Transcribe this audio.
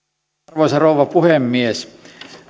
arvoisa rouva puhemies